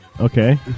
Okay